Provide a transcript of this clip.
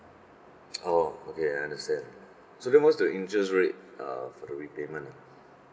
oh okay I understand so then what's the interest rate uh for the repayment ah